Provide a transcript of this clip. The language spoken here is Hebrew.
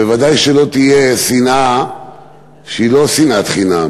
ובוודאי שלא תהיה שנאה שהיא לא שנאת חינם,